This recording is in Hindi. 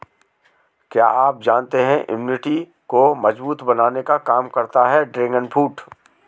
क्या आप जानते है इम्यूनिटी को मजबूत बनाने का काम करता है ड्रैगन फ्रूट?